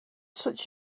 such